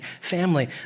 family